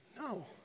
No